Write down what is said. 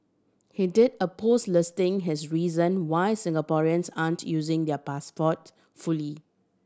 he did a post listing his reason why Singaporeans aren't using their passport fully